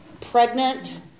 pregnant